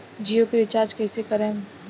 जियो के रीचार्ज कैसे करेम?